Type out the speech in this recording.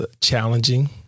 challenging